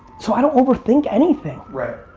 so i don't overthink anything.